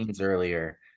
earlier